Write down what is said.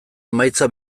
emaitza